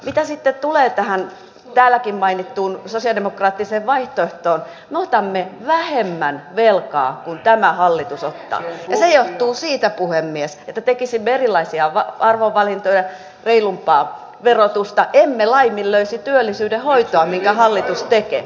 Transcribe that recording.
mitä sitten tulee täälläkin mainittuun sosialidemokraattiseen vaihtoehtoon me otamme vähemmän velkaa kuin tämä hallitus ottaa ja se johtuu siitä puhemies että tekisimme erilaisia arvovalintoja reilumpaa verotusta emme laiminlöisi työllisyyden hoitoa minkä hallitus tekee